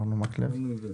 מקלב.